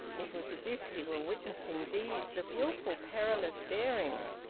it was as if he were witnessing deeds of wilful perilous daring.